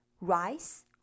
rice